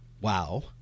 wow